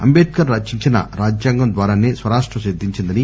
అంటేడ్కర్ రచించిన రాజ్యాగం ద్వారాసే స్వరాష్టం సిద్దించిందని